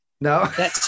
No